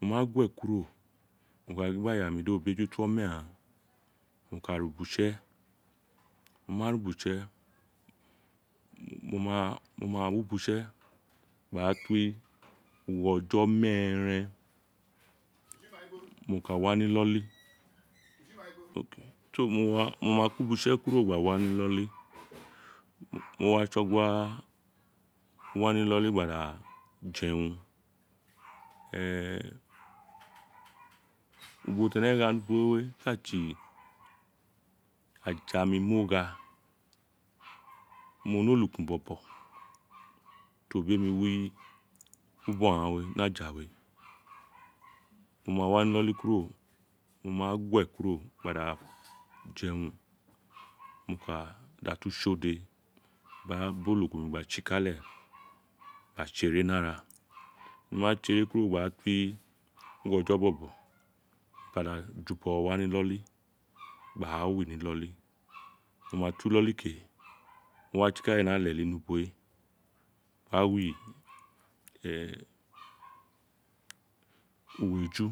Wo ma gu we kuro mo ka gin gbi ayami do bejuto omeghan mo ka ri ubo utse mo ma ri ubo utse mo ma mo ma wi ubo utse ira to ughojo meeren mo ka wa ni koli mo ma ku ubo utse kuro gba we ni koli gba da je urun ee ubo ti ene gha ni ubo we ka tsi ajamimogha mo ni olukumi bobo to bi emi wi ubo ghaan we ni aja we mo ma wa ni iloli kuro mo ma gu we kuro gba da je urun mo ka da tu tsi ode gba ba olukumi gba tsikale gba tse ere ni ara mo ma tse ere kuro gba tu wi ughojo bobo mo ka da ju bo wa ma to iloli ke mo wa tsikale ni ee eju